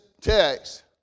text